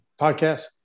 podcast